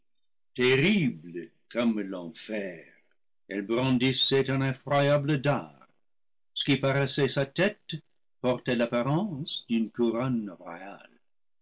comme l'enfer elle brandissait un effroyable dard ce qui paraissait sa tête portait l'apparence d'une couronne royale